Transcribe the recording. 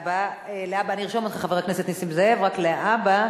אני ארשום אותך, חבר הכנסת נסים זאב, רק להבא,